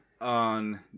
on